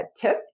tip